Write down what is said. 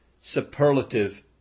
superlative